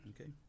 okay